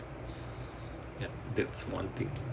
ya that's one thing